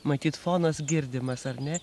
matyt fonas girdimas ar ne